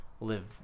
live